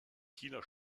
kieler